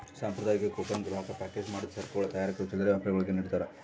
ಸಾಂಪ್ರದಾಯಿಕವಾಗಿ ಕೂಪನ್ ಗ್ರಾಹಕ ಪ್ಯಾಕೇಜ್ ಮಾಡಿದ ಸರಕುಗಳ ತಯಾರಕರು ಚಿಲ್ಲರೆ ವ್ಯಾಪಾರಿಗುಳ್ಗೆ ನಿಡ್ತಾರ